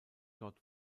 dort